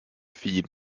feed